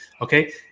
Okay